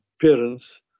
parents